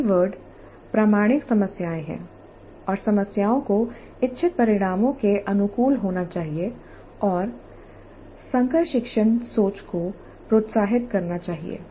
यहां कीवर्ड प्रामाणिक समस्याएं है और समस्याओं को इच्छित परिणामों के अनुकूल होना चाहिए और संकर शिक्षण सोच को प्रोत्साहित करना चाहिए